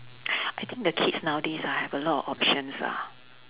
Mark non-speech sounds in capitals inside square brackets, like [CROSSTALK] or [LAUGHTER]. [BREATH] I think the kids nowadays ah have a lot of options ah